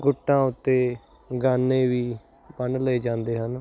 ਗੁੱਟਾਂ ਉੱਤੇ ਗਾਨੇ ਵੀ ਬੰਨ ਲਏ ਜਾਂਦੇ ਹਨ